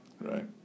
right